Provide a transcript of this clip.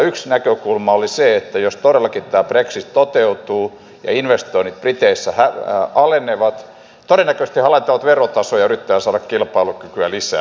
yksi näkökulma oli se että jos todellakin tämä brexit toteutuu ja investoinnit briteissä alenevat todennäköisesti he alentavat verotasoa ja yrittävät saada kilpailukykyä lisää